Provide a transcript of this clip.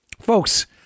Folks